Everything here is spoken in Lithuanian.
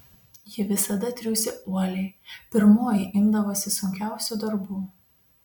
ji visada triūsė uoliai pirmoji imdavosi sunkiausių darbų